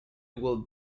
will